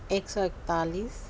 ایک سو اکتالیس